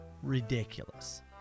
Ridiculous